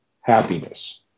happiness